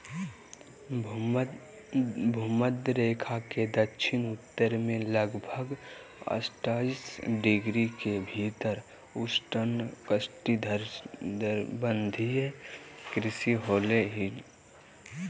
भूमध्य रेखा के दक्षिण उत्तर में लगभग अट्ठाईस डिग्री के भीतर उष्णकटिबंधीय कृषि होबो हइ